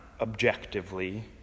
objectively